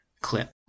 clip